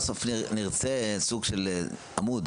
נרצה לקבל סקירה של עמוד